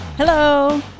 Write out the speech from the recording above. Hello